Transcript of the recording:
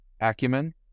acumen